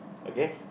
okay